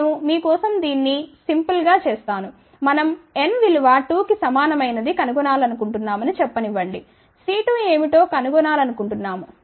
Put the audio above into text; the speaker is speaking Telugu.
నేను మీ కోసం దీన్ని సరళం గా చేస్తాను మనం n విలువ 2 కి సమానమైనది కనుగొనాలనుకుంటున్నామని చెప్పనివ్వండి C2 ఏమిటో కనుగొనాలనుకుంటున్నాము